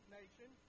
nation